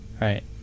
right